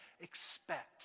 expect